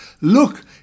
look